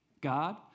God